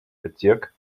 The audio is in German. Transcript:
bezirk